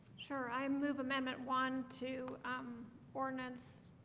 sure. i move amendment one to um ordinance